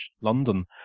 London